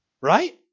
Right